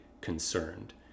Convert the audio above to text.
concerned